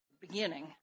beginning